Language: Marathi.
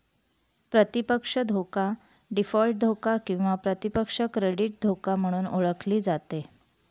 प्रतिपक्ष धोका डीफॉल्ट धोका किंवा प्रतिपक्ष क्रेडिट धोका म्हणून ओळखली जाते